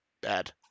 bad